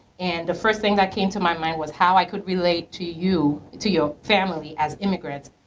and the first thing that came to my mind was how i could relate to you, to your family as immigrants.